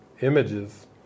images